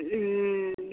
हुँ